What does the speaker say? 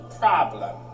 problem